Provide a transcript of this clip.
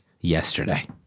yesterday